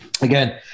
again